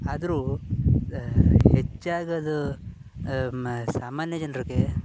ಆದರೂ ಹೆಚ್ಚಾಗದು ಮ ಸಾಮಾನ್ಯ ಜನ್ರಿಗೆ